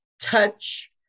touch